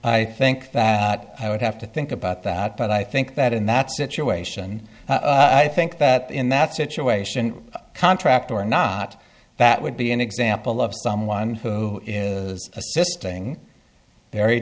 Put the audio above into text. i think that i would have to think about that but i think that in that situation i think that in that situation contract or not that would be an example of someone who is assisting very